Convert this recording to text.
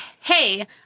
hey